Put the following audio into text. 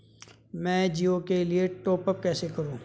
मैं जिओ के लिए टॉप अप कैसे करूँ?